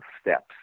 steps